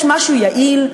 יש משהו יעיל?